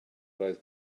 roedd